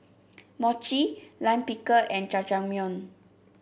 Mochi Lime Pickle and Jajangmyeon